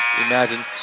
imagine